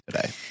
today